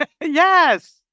Yes